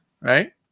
right